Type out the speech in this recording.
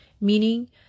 meaning